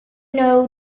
know